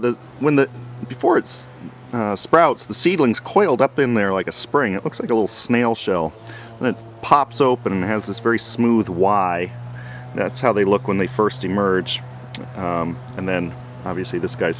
then when the before it's sprouts the seedlings coiled up in there like a spring it looks a little snail shell and it pops open has this very smooth why that's how they look when they first emerge and then obviously this guy